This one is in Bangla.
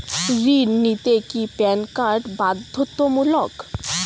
ঋণ নিতে কি প্যান কার্ড বাধ্যতামূলক?